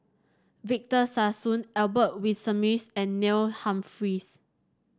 Victor Sassoon Albert Winsemius and Neil Humphreys